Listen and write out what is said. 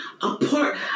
apart